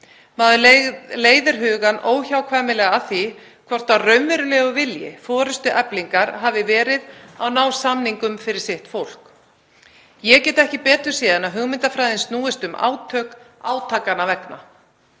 Maður leiðir hugann óhjákvæmilega að því hvort það hafi verið raunverulegur vilji forystu Eflingar að ná samningum fyrir sitt fólk. Ég get ekki betur séð en að hugmyndafræðin snúist um átök átakanna vegna.